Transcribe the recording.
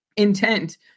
intent